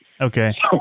Okay